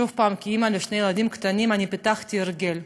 שוב פעם, כאימא לשני ילדים קטנים, פיתחתי הרגל,